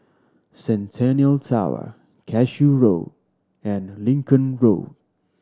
Centennial Tower Cashew Road and Lincoln Road